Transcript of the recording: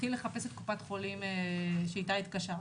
תתחיל לחפש את הקופת חולים שאיתה התקשרת.